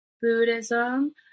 Buddhism